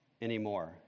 anymore